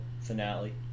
finale